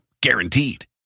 guaranteed